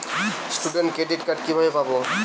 Student credit card কিভাবে পাব?